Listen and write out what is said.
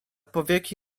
powieki